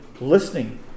listening